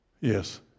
Yes